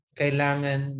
kailangan